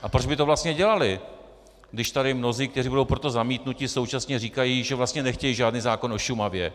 A proč by to vlastně dělali, když tady mnozí, kteří budou pro to zamítnutí, současně říkají, že vlastně nechtějí žádný zákon o Šumavě?